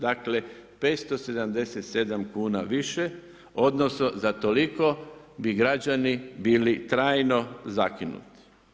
Dakle, 577 kuna više, odnosno za toliko bi građani bili trajno zakinuti.